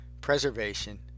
preservation